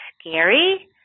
scary